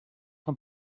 von